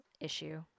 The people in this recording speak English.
issue